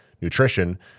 nutrition